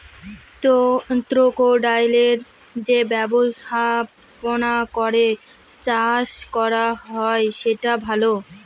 ক্রোকোডাইলের যে ব্যবস্থাপনা করে চাষ করা হয় সেটা ভালো